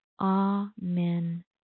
Amen